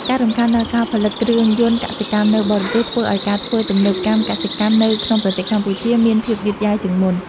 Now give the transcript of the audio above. ការរំខានដល់ការផលិតគ្រឿងយន្តកសិកម្មនៅបរទេសធ្វើឱ្យការធ្វើទំនើបកម្មកសិកម្មនៅក្នុងប្រទេសកម្ពុជាមានភាពយឺតយ៉ាវជាងមុន។